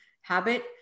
habit